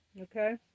Okay